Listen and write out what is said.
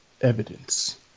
Evidence